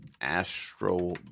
Astro